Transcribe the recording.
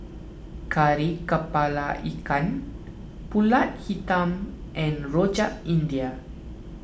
Kari Kepala Ikan Pulut Hitam and Rojak India